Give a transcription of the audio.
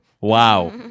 Wow